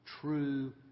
true